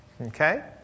Okay